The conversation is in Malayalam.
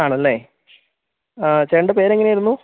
ആണല്ലേ ചേട്ടൻ്റെ പേരെങ്ങനെയായിരുന്നു